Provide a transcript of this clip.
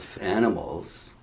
animals